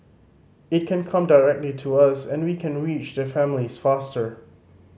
it can come directly to us and we can reach the families faster